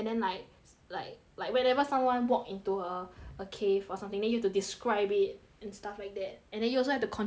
like like whenever someone walk into a a cave or something then you have to describe it and stuff like that and then you also have to control the mobs